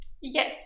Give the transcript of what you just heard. Yes